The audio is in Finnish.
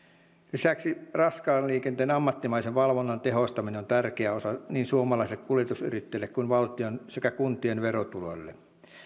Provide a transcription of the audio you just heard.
lisäksi raskaan liikenteen ammattimaisen valvonnan tehostaminen on tärkeä osa niin suomalaisille kuljetusyrittäjille kuin valtion sekä kuntien verotuloille